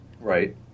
Right